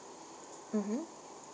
mmhmm